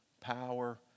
power